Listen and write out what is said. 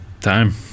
Time